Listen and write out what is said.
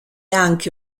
anche